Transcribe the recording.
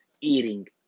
eating